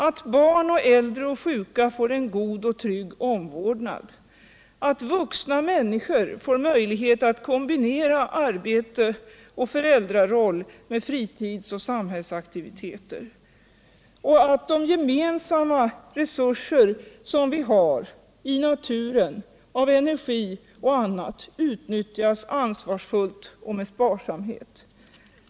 Att barn, äldre och sjuka får en god och trygg omvårdnad. Att vuxna människor får möjlighet att kombinera arbete och föräldraroll med fritids och samhällsaktiviteter. Att de gemensamma resurser vi har i naturen av energi och annat utnyttjas ansvarsfullt och med sparsamhet.